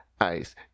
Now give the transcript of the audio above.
ice